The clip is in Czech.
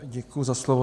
Děkuji za slovo.